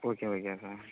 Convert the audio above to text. okay okay sir